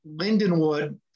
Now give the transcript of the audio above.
Lindenwood